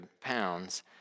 pounds